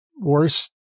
worse